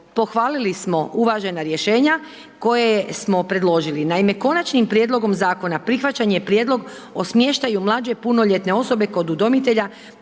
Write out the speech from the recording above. pohvalili smo uvažena rješenja koje smo predložili. Naime, konačnim prijedlogom zakona prihvaćen je prijedlog o smještaju mlađe punoljetne osobe kod udomitelja